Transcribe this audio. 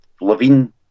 Levine